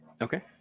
okay